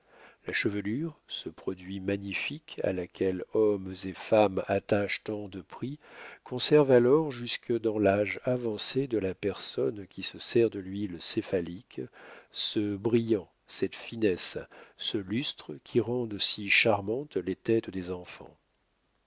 la chevelure ce produit magnifique à laquelle hommes et femmes attachent tant de prix conserve alors jusque dans l'âge avancé de la personne qui se sert de l'huile céphalique ce brillant cette finesse ce lustre qui rendent si charmantes les têtes des enfants